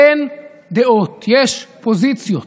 אין דעות, יש פוזיציות.